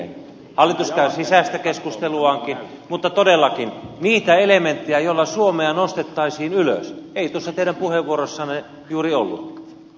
hallitus käy sisäistä keskusteluaankin mutta todellakin niitä elementtejä joilla suomea nostettaisiin ylös ei tuossa teidän puheenvuorossanne juuri ollut